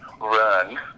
run